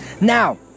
Now